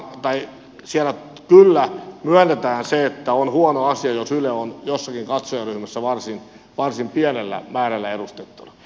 valiokunnassa siellä kyllä myönnetään se että on huono asia jos yle on jossakin katsojaryhmässä varsin pienellä määrällä edustettuna